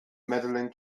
medaling